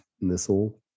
Missile